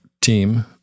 team